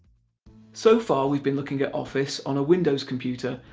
so far we've been looking at office on a windows computer,